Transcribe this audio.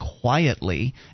quietly